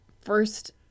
first